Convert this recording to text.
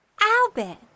Albert